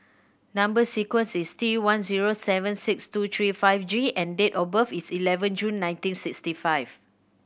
number sequence is T one zero seven six two three five G and date of birth is eleven June nineteen sixty five